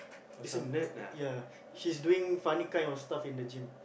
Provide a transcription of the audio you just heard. or some ya she's doing funny kind of stuff in the gym